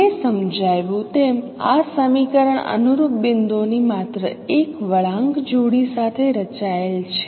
મેં સમજાવ્યું તેમ આ સમીકરણ અનુરૂપ બિંદુઓની માત્ર એક વળાંક જોડી સાથે રચાયેલ છે